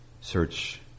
search